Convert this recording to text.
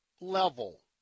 level